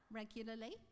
regularly